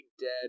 dead